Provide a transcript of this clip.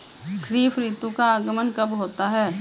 खरीफ ऋतु का आगमन कब होता है?